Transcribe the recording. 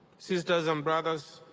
sisters and brothers,